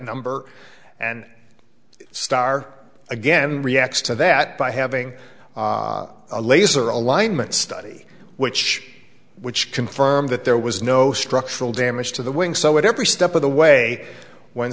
number and starr again reacts to that by having a laser alignment study which which confirmed that there was no structural damage to the wing so at every step of the way when